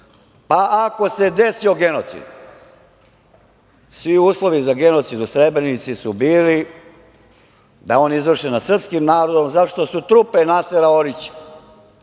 pa ako se desio genocid, svi uslovi za genocid u Srebrenici, su bili da je on izvršen nad srpskim narodom, zato su što su trupe Nasera Orića,